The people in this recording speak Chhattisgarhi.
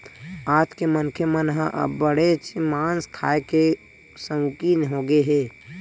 आज के मनखे मन ह अब्बड़ेच मांस खाए के सउकिन होगे हे